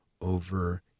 over